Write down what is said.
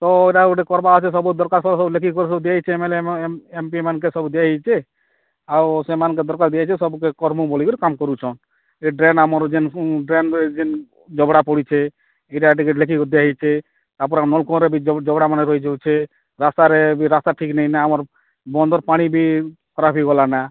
ତ ଏଟା ଗୁଟେ କରବା ଅଛି ସବୁ ଦରଖାସ୍ତ ସହ ସବୁ ଲେଖିକରି ସବୁ ଦିଆଯାଇଛି M L A M P ମାନକେ ସବୁ ଦିଆ ହେଇଛେ ଆଉ ସେମାନଙ୍କେ ଦରଖାସ୍ତ ଦିଆ ହେଇଛି ସବୁ କରମୁ ବୋଲିକିରି କାମ୍ କରୁଛ ଏ ଡ୍ରେନ୍ ଆମର ଯେନ୍ ଡ୍ରେନ୍ରେ ଯେନ୍ ଜୋବୋରା ପଡ଼ିଛେ ଏଟା ଟିକେ ଲେଖିକରି ଦିଆ ହେଇଛେ ତାପରେ ନଳକୂଅରେ ବି ଜୋବୋରା ମାନେ ରହି ଯାଉଛେ ରାସ୍ତାରେ ବି ରାସ୍ତା ଠିକ ନାଇଁ ନା ଆମର ବନ୍ଧର ପାଣି ବି ଖରାପ ହେଇ ଗଲାନ